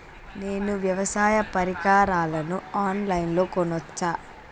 నేను వ్యవసాయ పరికరాలను ఆన్ లైన్ లో కొనచ్చా?